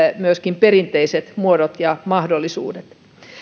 myöskin kaikki perinteiset muodot ja mahdollisuudet